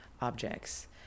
objects